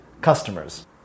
customers